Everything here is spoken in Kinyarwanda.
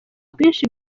kwinshi